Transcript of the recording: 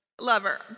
lover